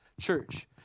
Church